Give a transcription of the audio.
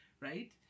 right